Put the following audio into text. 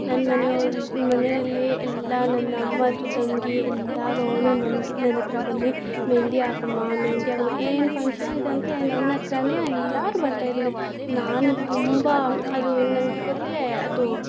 ನನ್ನ ಮನೆಯವ್ರು ಮನೆಯಲ್ಲಿ ಎಲ್ಲ ನನ್ನಅಮ್ಮ ತಂಗಿ ಎಲ್ಲಾರೂ ಒನ ನನಗೆ ನನ್ನಹತ್ರ ಬಂದು ಮೆಹೆಂದಿ ಹಾಕಮ್ಮ ಮೆಹೆಂದಿ ಹಾಕಮ್ಮ ಏನು ಫಂಕ್ಷನಿದೆ ಅಂತ ನನ್ನಹತ್ರ ಎಲ್ಲಾರು ಬರ್ತಾಯಿದ್ದಿನಿ ನಾನು ತುಂಬ ಅದು ನನಗೆ ಗೊತ್ಯೆ ಅದು